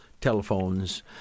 telephones